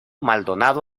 maldonado